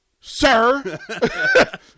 sir